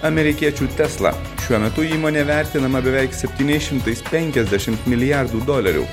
amerikiečių tesla šiuo metu įmonė vertinama beveik septyniais šimtais penkiasdešimt milijardų dolerių